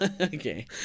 Okay